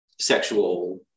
sexual